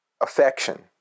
affection